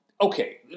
okay